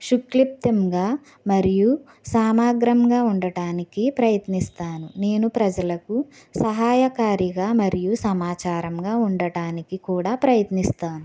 శుక్లిప్తంగా మరియు సమగ్రంగా ఉండటానికి ప్రయత్నిస్తాను నేను ప్రజలకు సహాయకారిగా మరియు సమాచారంగా ఉండటానికి కూడా ప్రయత్నిస్తాను